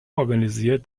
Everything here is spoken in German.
organisiert